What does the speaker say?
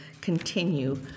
continue